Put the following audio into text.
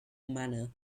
manner